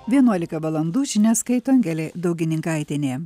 vienuolika valandų žinias skaito angelė daugininkaitienė